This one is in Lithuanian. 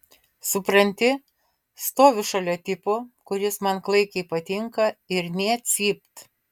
supranti stoviu šalia tipo kuris man klaikiai patinka ir nė cypt